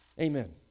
Amen